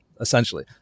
essentially